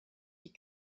die